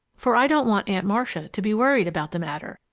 for i don't want aunt marcia to be worried about the matter,